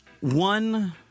one